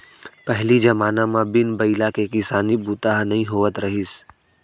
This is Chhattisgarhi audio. पहिली जमाना म बिन बइला के किसानी बूता ह नइ होवत रहिस